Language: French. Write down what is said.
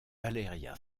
valeria